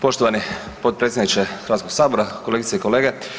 Poštovani potpredsjedniče Hrvatskoga sabora, kolegice i kolege.